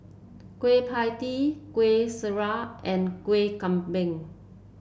Kueh Pie Tee Kueh Syara and Kueh Kambing